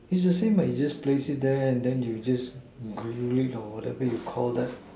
it's the same what you just place it there and then you just grill it or whatever you Call that